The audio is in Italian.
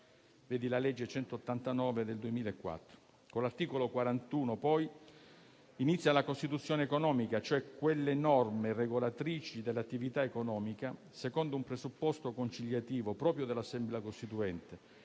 (vedasi la legge n. 189 del 2004). Con l'articolo 41 inizia la Costituzione economica, cioè quelle norme regolatrici dell'attività economica, secondo un presupposto conciliativo proprio dell'Assemblea costituente